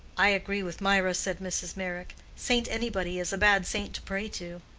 i agree with mirah, said mrs. meyrick. saint anybody is a bad saint to pray to.